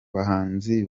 bahanzi